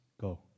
go